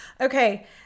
okay